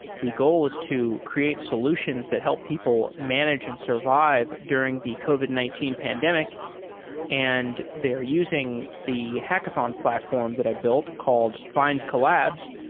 the goal is to create solutions that help people manage and survive during the covid nineteen pandemic and they're using the hackathon platform that i've built called findcollabs.